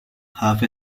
half